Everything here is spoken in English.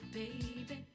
baby